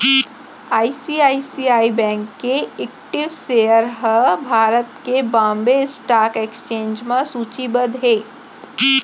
ICICI bank के equity share ह भारत के बांबे स्टॉक एक्सचेंज म सूचीबद्ध हे